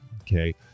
okay